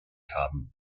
haben